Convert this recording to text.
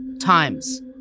times